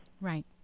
Right